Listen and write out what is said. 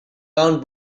round